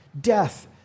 death